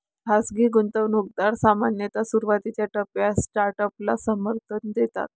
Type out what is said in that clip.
खाजगी गुंतवणूकदार सामान्यतः सुरुवातीच्या टप्प्यात स्टार्टअपला समर्थन देतात